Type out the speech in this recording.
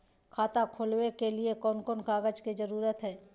खाता खोलवे के लिए कौन कौन कागज के जरूरत है?